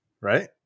Right